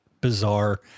bizarre